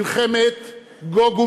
מלחמת גוג ומגוג,